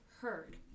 heard